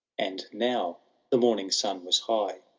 and now the morning sun was high,